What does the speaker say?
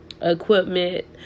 equipment